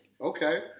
Okay